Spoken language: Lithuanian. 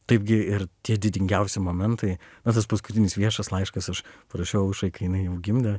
taipgi ir tie didingiausi momentai na tas paskutinis viešas laiškas aš parašiau aušrai jai jinai jau gimdė